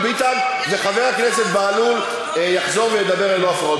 וחבר הכנסת בהלול יחזור וידבר ללא הפרעות.